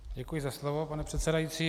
Děkuji za slovo, pane předsedající.